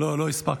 לא, לא הספקנו.